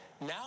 now